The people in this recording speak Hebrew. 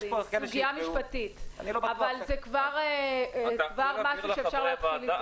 זו סוגיה משפטית אבל זה כבר משהו שאפשר להתחיל אתו.